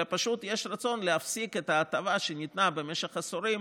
אלא פשוט יש רצון להפסיק את ההטבה שניתנה במשך עשורים